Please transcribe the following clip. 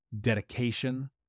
dedication